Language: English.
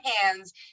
hands